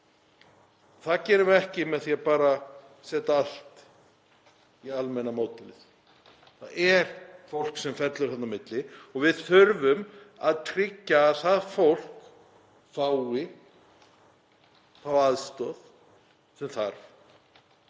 Það gerum við ekki með því að setja bara allt í almenna módelið. Það er fólk sem fellur þarna á milli og við þurfum að tryggja að það fólk fái þá aðstoð sem þarf,